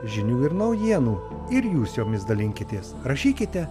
žinių ir naujienų ir jūs jomis dalinkitės rašykite